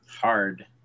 Hard